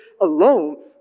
alone